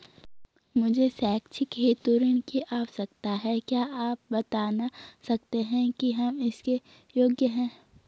मुझे शैक्षिक हेतु ऋण की आवश्यकता है क्या आप बताना सकते हैं कि हम इसके योग्य हैं?